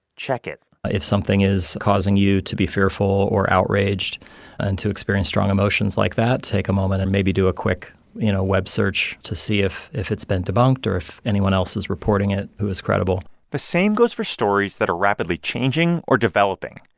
check it if something is causing you to be fearful or outraged and to experience strong emotions like that, take a moment and maybe do a quick you know web search to see if if it's been debunked or if anyone else is reporting it who is credible the same goes for stories that are rapidly changing or developing.